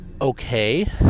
okay